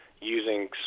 using